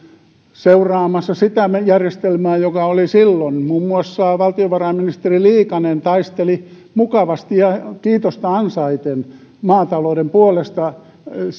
seuraamassa sitä järjestelmää joka oli silloin muun muassa valtiovarainministeri liikanen taisteli mukavasti ja kiitosta ansaiten maatalouden puolesta ei